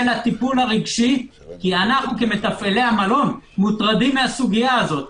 הטיפול הרגשי כי אנחנו כמתפעלי המלון מוטרדים מהסוגיה הזו.